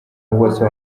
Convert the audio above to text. uwase